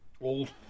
old